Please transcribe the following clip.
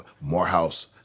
Morehouse